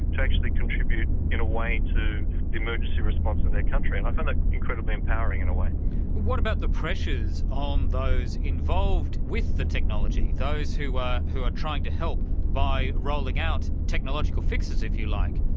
to actually contribute in a way to the emergency response in their country, and i found that incredibly empowering in a way. and what about the pressures on um those involved with the technology, those who are who are trying to help by rolling out technological fixes, if you like?